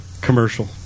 Commercial